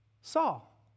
Saul